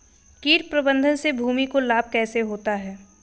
कीट प्रबंधन से भूमि को लाभ कैसे होता है?